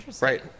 Right